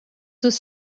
dos